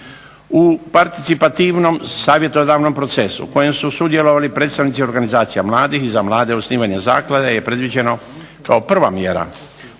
U participativnom savjetodavnom procesu, u kojem su sudjelovali predstavnici organizacija mladih za mlade osnivanje zaklade je predviđeno kao prva mjera u